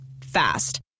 Fast